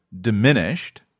diminished